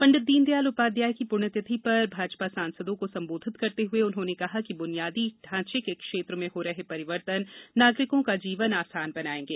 पंडित दीनदयाल उपाध्याय की पुण्यतिथि पर भाजपा सांसदों को संबोधित करते हुए उन्होंने कहा कि बुनियादी ढांचे के क्षेत्र में हो रहे परिवर्तन नागरिकों का जीवन आसान बनायेंगे